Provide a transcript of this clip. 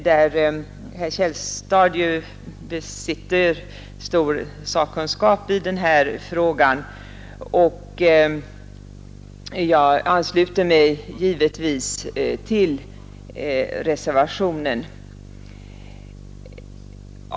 Herr Källstad besitter ju stor sakkunskap i denna fråga, och jag ansluter mig givetvis till reservationen.